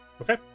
Okay